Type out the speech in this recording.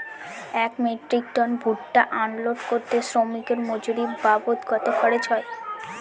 এক metric ton ভুট্টা unload করতে শ্রমিকের মজুরি বাবদ কত খরচ হয়?